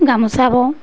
গামোচা বওঁ